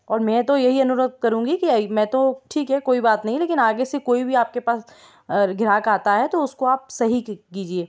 और मैं तो यही अनुरोध करूँगी कि मैं तो ठीक है कोई बात नहीं लेकिन आगे से कोई वी आप के पास ग्राहक आता हैं तो उसको आप सही कीजिए